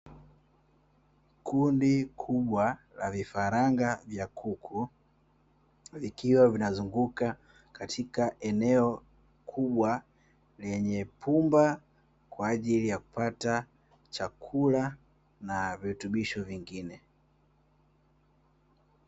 Kundi kubwa la vifaranga vya kuku, vikiwa vinazunguka katika eneo kubwa lenye pumba, kwa ajili ya kupata chakula na virutubisho vingine.